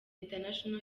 international